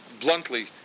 bluntly